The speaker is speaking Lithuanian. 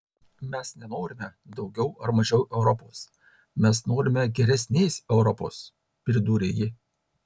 mes nenorime daugiau ar mažiau europos mes norime geresnės europos pridūrė ji